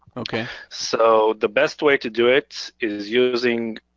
okay. so the best way to do it is using